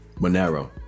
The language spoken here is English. Monero